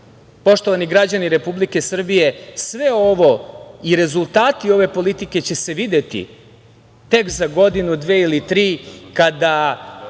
poštovani građani Republike Srbije, rezultati ove politike će se videti tek za godinu, dve ili tri, kada